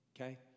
Okay